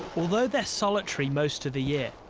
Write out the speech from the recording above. although they're solitary most of the year,